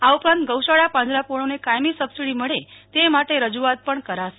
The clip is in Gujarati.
આ ઉપરાંત ગો શાળા પાંજરાપોળોને કાયમી સબસિડી મળે તે માટે રજૂઆતો પણ કરાશે